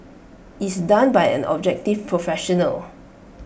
is done by an objective professional